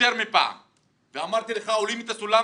יותר מפעם ואמרת לך שעולים בסולם